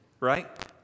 Right